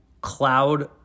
cloud